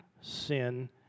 sin